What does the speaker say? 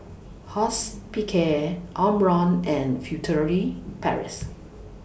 Hospicare Omron and Furtere Paris